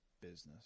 business